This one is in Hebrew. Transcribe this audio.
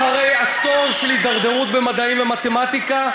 אחרי עשור של הידרדרות במדעים ומתמטיקה,